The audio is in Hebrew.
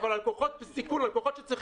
--- אבל ללקוחות בסיכון,